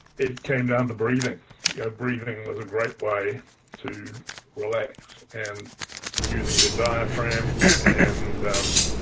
it came down to breathing breathing was a great way to relax and using your diaphragm and